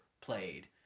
played